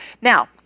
Now